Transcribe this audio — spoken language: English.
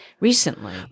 Recently